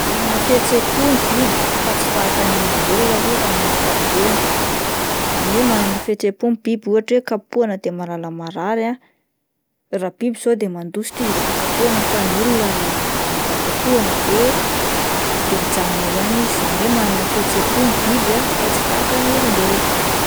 Manana fihetseham-po ny biby fa tsy tahaka ny an'ny olombelona aloha raha amin'ny ankapobeany izany hoe manana fihetseham-po ny biby ohatra hoe kapohina de mahalala marary ah, raha biby izao de mandositra izy rehefa kapohina fa ny olona rah-raha kapohina de mijanona eo ihany izy izany hoe manana fihetseham-po ny biby ah fa tsy tahaka an'ny olombelona.